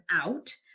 out